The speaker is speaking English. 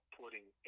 putting